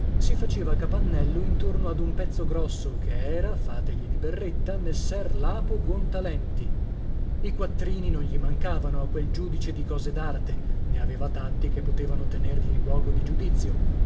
si faceva capannello intorno ad un pezzo grosso che era fategli di berretta messer lapo buontalenti i quattrini non gli mancavano a quel giudice di cose d'arte n'aveva tanti che potevano tenergli luogo di giudizio